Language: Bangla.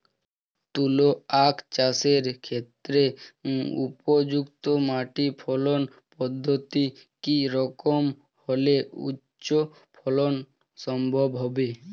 তুলো আঁখ চাষের ক্ষেত্রে উপযুক্ত মাটি ফলন পদ্ধতি কী রকম হলে উচ্চ ফলন সম্ভব হবে?